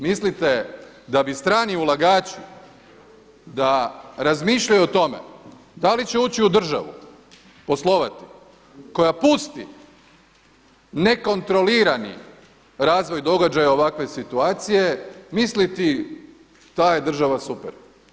Mislite da bi strani ulagači, da razmišljaju o tome da li će ući u državu poslovati koja pusti nekontrolirani razvoj događaja ovakve situacije misliti ta je država super.